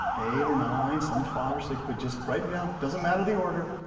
eight, or nine, some five or six, but just write em down. doesn't matter the order.